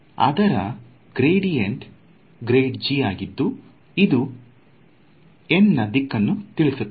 ಇದರ ಗ್ರೇಡಿಯಂಟ್ ಆಗಿದ್ದು ಇದು n ನಾ ದಿಕ್ಕನ್ನು ತಿಳಿಸುತ್ತದೆ